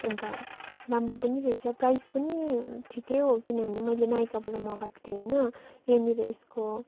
अन्त राम्रो पनि रहेछ प्राइस पनि ठिकै हो किनभने मैले नाइकाबाट मगाएको थिएँ होइन यहाँनेर यसको